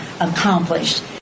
accomplished